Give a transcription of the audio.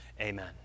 Amen